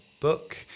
book